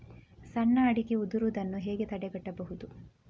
ಸಣ್ಣ ಅಡಿಕೆ ಉದುರುದನ್ನು ಹೇಗೆ ತಡೆಗಟ್ಟಬಹುದು?